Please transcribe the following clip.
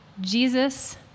Jesus